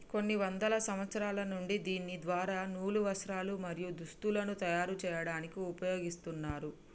కొన్ని వందల సంవత్సరాల నుండి దీని ద్వార నూలు, వస్త్రాలు, మరియు దుస్తులను తయరు చేయాడానికి ఉపయోగిస్తున్నారు